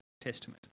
Testament